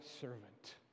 servant